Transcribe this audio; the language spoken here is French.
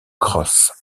crosse